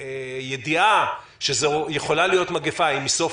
כשהידיעה שזו יכולה להיות מגיפה היא מסוף